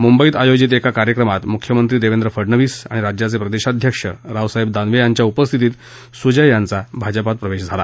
मुंबईत आयोजित एका कार्यक्रमात मुख्यमंत्री देवेंद्र फडनवीस आणि राज्याचे प्रदेशाध्यक्ष रावसाहेब दानवे यांच्या उपस्थितीत सुजय यांचा भाजपात प्रवेश झाला